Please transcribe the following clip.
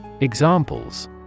Examples